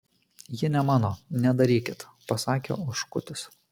ji ne mano nedarykit pasakė oškutis